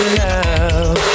love